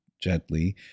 gently